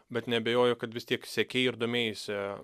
bet neabejoju kad vis tiek sekei ir domėjaisi